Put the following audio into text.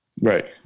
Right